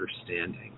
understanding